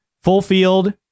full-field